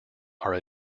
are